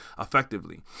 effectively